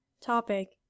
topic